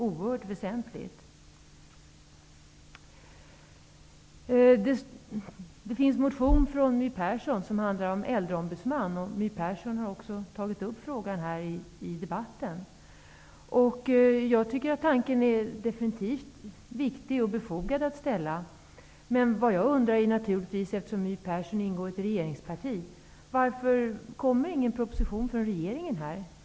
Det finns en motion från My Persson om en äldreombudsman. Hon har också tagit upp frågan här i debatten. Jag tycker att tanken är god och förslaget viktigt att framställa. Men My Persson ingår i ett regeringsparti. Därför undrar jag varför det inte kommer en proposition från regeringen.